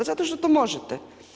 Zato što to možete.